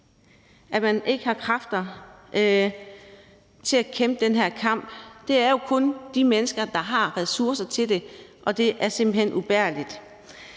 at man ikke har kræfter til at kæmpe den her kamp. Det er jo kun de mennesker, der har ressourcer til det, der kan gøre det, og det er simpelt hen ubærligt.